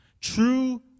true